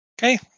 Okay